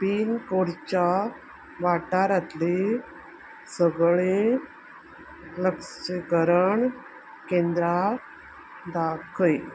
पिनकोडच्या वाठारांतलीं सगळीं लसीकरण केंद्रां दाखय